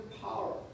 power